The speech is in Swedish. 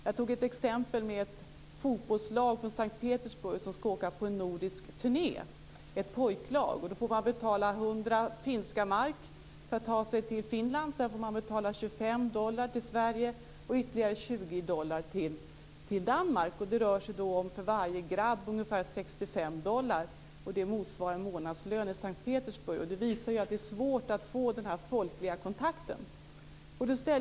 Som exempel tog jag upp ett pojklag i fotboll från S:t Petersburg som skall åka på en nordisk turné. De får betala 100 finska mark för att ta sig till Finland. Sedan får de betala 25 dollar till Sverige och ytterligare 20 dollar till Danmark. För varje grabb rör det sig om ungefär 65 dollar. Det motsvarar en månadslön i S:t Petersburg. Det visar ju att det är svårt att få den här folkliga kontakten.